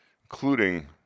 including